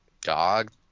dog